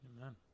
Amen